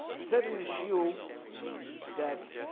said in the shoe that